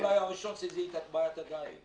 אתה אולי הראשן שהבין את בעיית הדייג.